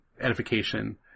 edification